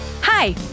Hi